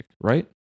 right